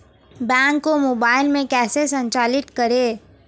Bank को mobile में कैसे संचालित करें?